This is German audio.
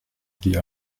die